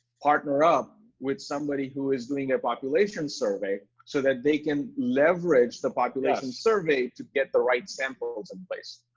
partner up with somebody who is doing ah population survey, so that they can leverage the population survey to get the right samples in place.